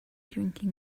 drinking